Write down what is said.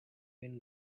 been